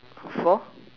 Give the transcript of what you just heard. for